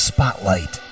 Spotlight